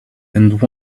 and